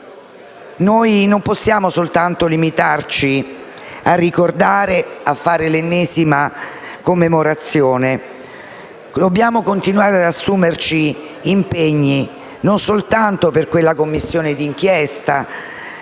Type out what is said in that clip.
Noi non possiamo limitarci a ricordare e a fare l'ennesima commemorazione; dobbiamo continuare ad assumerci impegni, con la Commissione d'inchiesta,